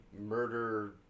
murder